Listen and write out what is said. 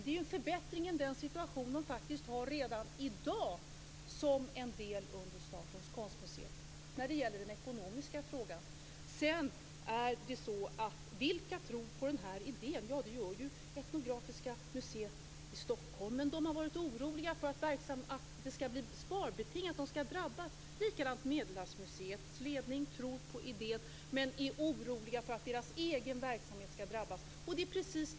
Det är ju en förbättring av den situation som statens konstmuseer har i dag när det gäller den ekonomiska frågan. Vilka tror på den här idén? Jo, det gör ju Etnografiska museet i Stockholm, men där har man varit orolig för att det skall bli sparbeting, att man skall drabbas. Likadant tror Medelhavsmuseets ledning på idén, men är orolig för att deras egen verksamhet skall drabbas.